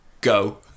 Go